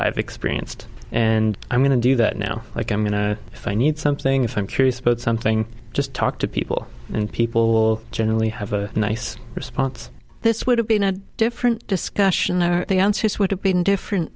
i've experienced and i'm going to do that now like i'm going to if i need something if i'm curious about something just talk to people and people or generally have a nice response this would have been a different discussion or the answers would have been different